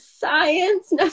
science